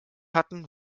hatten